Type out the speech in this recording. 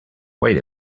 wait